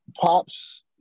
pops